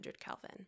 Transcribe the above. kelvin